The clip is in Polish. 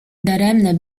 daremne